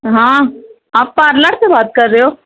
ہاں آپ پارلر سے بات کر رہے ہو